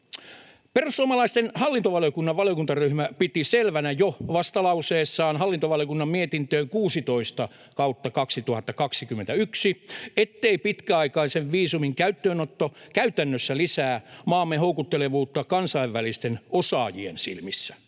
Perussuomalaisten hallintovaliokunnan valiokuntaryhmä piti selvänä jo vastalauseessaan hallintovaliokunnan mietintöön 16/2021, ettei pitkäaikaisen viisumin käyttöönotto käytännössä lisää maamme houkuttelevuutta kansainvälisten osaajien silmissä,